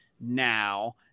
now